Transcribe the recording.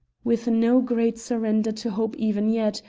with no great surrender to hope even yet,